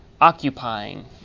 occupying